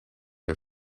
are